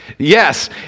Yes